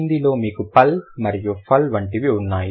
హిందీలో మీకు పల్ మరియు ఫల్ వంటివి ఉంటాయి